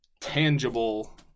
tangible